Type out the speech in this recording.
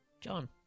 John